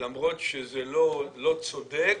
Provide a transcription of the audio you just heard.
למרות שזה לא צודק